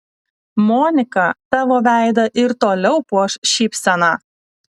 monika tavo veidą ir toliau puoš šypsena